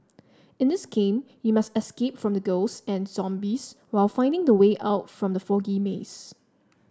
in this game you must escape from ghosts and zombies while finding the way out from the foggy maze